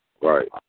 Right